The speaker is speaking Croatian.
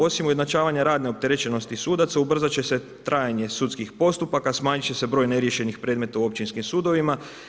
Osim ujednačavanja radne opterećenosti sudaca ubrzat će se trajanje sudskih postupaka, smanjit će se broj neriješenih predmeta u općinskim sudovima.